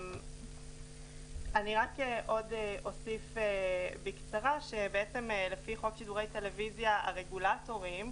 אני אוסיף עוד בקצרה שבעצם לפי חוק שידורי טלוויזיה הרגולטורים,